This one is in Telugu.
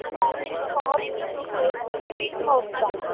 అవునా అండి స్టోర్ విజిట్ చేసి ఈ వీక్లో వస్తాం